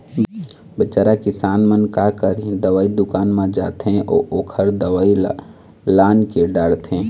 बिचारा किसान मन का करही, दवई दुकान म जाथे अउ ओखर दवई ल लानके डारथे